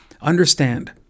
understand